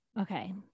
Okay